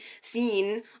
seen